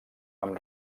amb